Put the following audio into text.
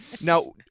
Now